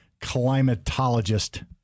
climatologist